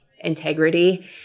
integrity